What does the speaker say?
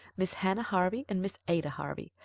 miss hannah harvey and miss ada harvey.